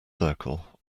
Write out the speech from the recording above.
circle